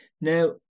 Now